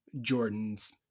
Jordan's